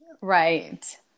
Right